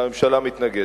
והממשלה מתנגדת.